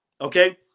okay